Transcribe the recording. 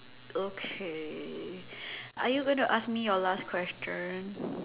okay are you going to ask me your last question